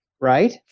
Right